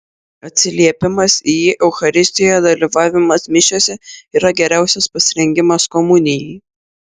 atsiliepimas į jį eucharistijoje dalyvavimas mišiose yra geriausias pasirengimas komunijai